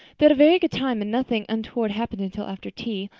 they had a very good time and nothing untoward happened until after tea,